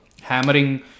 hammering